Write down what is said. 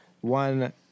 one